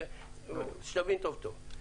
שנבין טוב טוב.